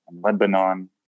Lebanon